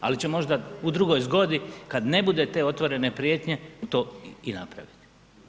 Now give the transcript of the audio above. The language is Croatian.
Ali će možda u drugoj zgodi kad ne bude te otvorene prijetnje to i napraviti.